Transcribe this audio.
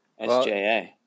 SJA